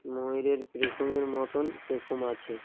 ময়ূরের পেখমের মতন পেখম আছে